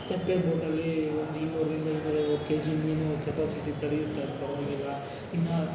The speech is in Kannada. ತೆಪ್ಪ ಬೋಟಲ್ಲಿ ಒಂದು ಇನ್ನೂರರಿಂದ ಇನ್ನೂರೈವತ್ತು ಕೆಜಿ ಮೀನು ಕೆಪಾಸಿಟಿ ತಡೆಯುತ್ತದೆ ಪರವಾಗಿಲ್ಲ ಇನ್ನೂ